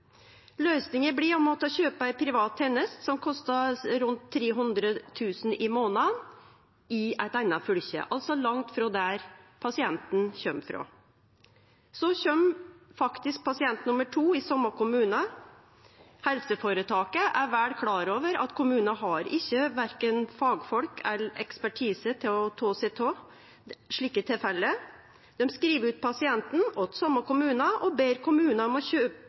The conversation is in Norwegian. Løysinga blir å måtte kjøpe ei privat teneste som kostar rundt 300 000 kr i månaden i eit anna fylke, altså langt frå der pasienten kjem frå. Så kjem faktisk pasient nummer to i same kommune. Helseføretaket er heilt klar over at kommunen har ikkje verken fagfolk eller ekspertise til å ta seg av slike tilfelle. Dei skriv ut pasienten til same kommunen og ber kommunen om å